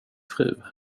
fru